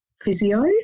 physio